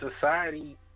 society